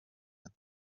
بودم